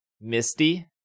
Misty